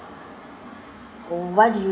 what do you